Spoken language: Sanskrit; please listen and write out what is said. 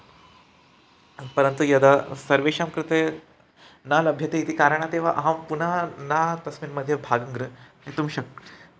परन्तु यदा सर्वेषां कृते न लभ्यते इति कारणात् एव अहं पुनः न तस्मिन् मध्ये भागं गृ गृहीतुं शक्